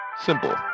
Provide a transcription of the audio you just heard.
Simple